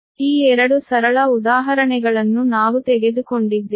ಈ 2 ಸರಳ ಉದಾಹರಣೆಗಳನ್ನು ನಾವು ತೆಗೆದುಕೊಂಡಿದ್ದೇವೆ